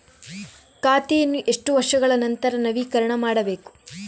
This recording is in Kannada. ಖಾತೆಯನ್ನು ಎಷ್ಟು ವರ್ಷಗಳ ನಂತರ ನವೀಕರಣ ಮಾಡಬೇಕು?